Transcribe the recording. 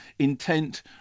intent